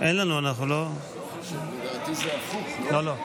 לדעתי זה הפוך, לא?